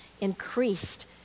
increased